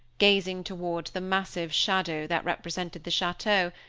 gazing toward the massive shadow that represented the chateau,